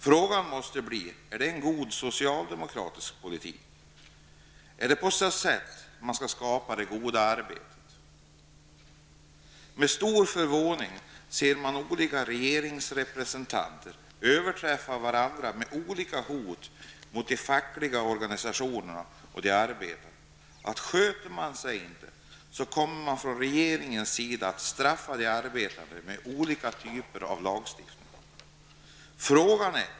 Frågan måste bli: Är detta en god socialdemokratisk politik? Är det på så sätt man skall skapa det goda arbetet? Med stor förvåning ser vi olika regeringsrepresentanter överträffa varandra med olika hot mot de fackliga organisationerna och de arbetande -- att sköter man sig inte så kommer regeringen att straffa de arbetande med olika typer av lagstiftning.